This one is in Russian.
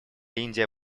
индия